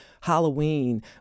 Halloween